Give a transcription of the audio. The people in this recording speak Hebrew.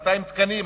כ-200 תקנים,